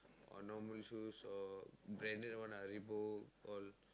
or normal shoes or branded one ah Reebok all